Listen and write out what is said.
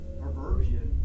perversion